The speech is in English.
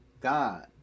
God